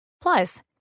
Plus